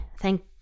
thank